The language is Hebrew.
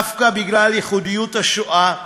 דווקא בגלל ייחודיות השואה,